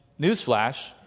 newsflash